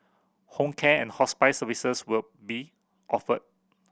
home care and hospice services will be offered